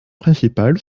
principal